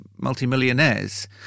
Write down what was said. multi-millionaires